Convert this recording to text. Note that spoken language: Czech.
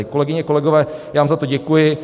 Kolegyně, kolegové, já vám za to děkuji.